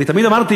אני תמיד אמרתי,